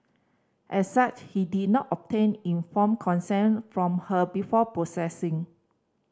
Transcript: as such he did not obtain informed consent from her before processing